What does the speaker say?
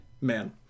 man